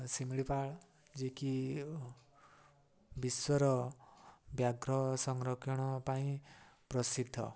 ଶିମିଳିପାଳ ଯିଏକି ବିଶ୍ୱର ବ୍ୟାଘ୍ର ସଂରକ୍ଷଣ ପାଇଁ ପ୍ରସିଦ୍ଧ